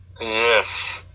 Yes